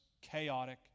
chaotic